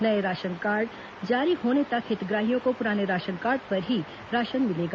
नये ration card जारी होने तक हितग्राहियों को पुराने राशन कार्ड पर ही राशन मिलेगा